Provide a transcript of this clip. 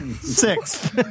Six